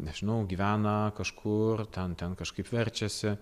nežinau gyvena kažkur ten ten kažkaip verčiasi